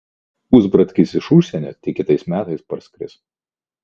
pusbratkis iš užsienio tik kitais metais parskris